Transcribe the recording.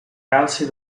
calci